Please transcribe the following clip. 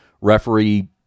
referee